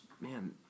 man